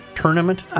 tournament